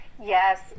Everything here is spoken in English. Yes